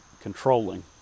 controlling